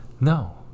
No